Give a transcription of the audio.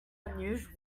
unusual